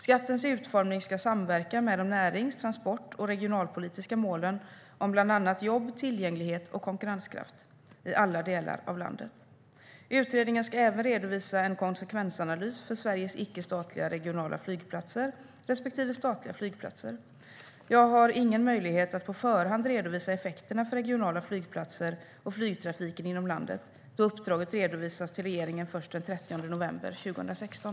Skattens utformning ska samverka med de närings, transport och regionalpolitiska målen om bland annat jobb, tillgänglighet och konkurrenskraft i alla delar av landet. Utredningen ska även redovisa en konsekvensanalys för Sveriges icke statliga regionala flygplatser respektive statliga flygplatser. Jag har ingen möjlighet att på förhand redovisa effekterna för regionala flygplatser och flygtrafiken inom landet, då uppdraget redovisas till regeringen först den 30 november 2016.